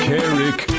Carrick